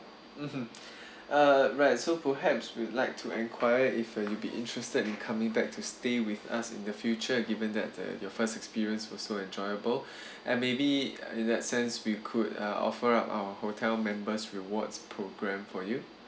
mm hmm uh right so perhaps we'll like to enquire if uh you'd be interested in coming back to stay with us in the future given that the your first experience were so enjoyable and maybe in that sense we could uh offer up our hotel members rewards programme for you